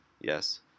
Yes